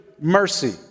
mercy